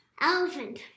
Elephant